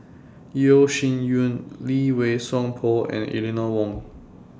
Yeo Shih Yun Lee Wei Song Paul and Eleanor Wong